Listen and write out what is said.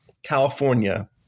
California